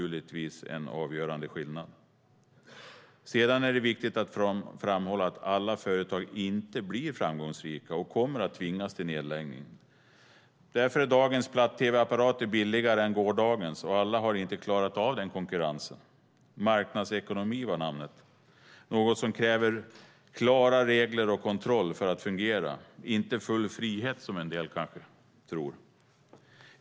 Sedan är det viktigt att framhålla att alla företag inte blir framgångsrika. En del kommer att tvingas till nedläggning. Därför är dagens platt-tv-apparater billigare än gårdagens, och alla har inte klarat av den konkurrensen. Marknadsekonomi var namnet. Det är något som kräver klara regler och kontroller för att fungera, inte full frihet som en del kanske tror.